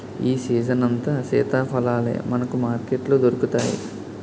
ఈ సీజనంతా సీతాఫలాలే మనకు మార్కెట్లో దొరుకుతాయి